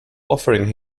offering